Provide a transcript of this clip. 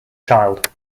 child